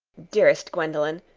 dearest gwendolen,